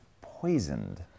poisoned